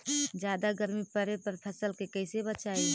जादा गर्मी पड़े पर फसल के कैसे बचाई?